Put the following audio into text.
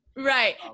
Right